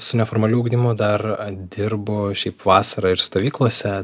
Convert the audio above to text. su neformaliu ugdymu dar dirbu šiaip vasarą ir stovyklose